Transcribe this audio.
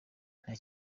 nta